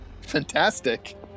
Fantastic